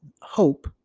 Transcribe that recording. hope